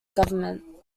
government